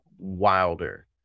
Wilder